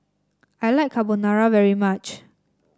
I like Carbonara very much